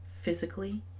physically